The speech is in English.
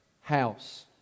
house